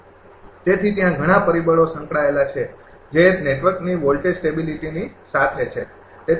તેથી ત્યાં ઘણા પરિબળો સંકળાયેલા છે જે નેટવર્કની વોલ્ટેજ સ્ટેબિલીટીની સાથે છે